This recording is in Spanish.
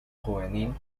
juvenil